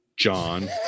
John